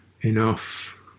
enough